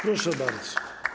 Proszę bardzo.